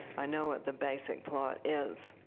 i know what the basic plot is.